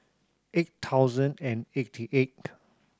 eight thousand and eighty eight